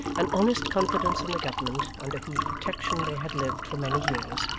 an honest confidence in the government under whose protection they had lived for many years,